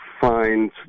find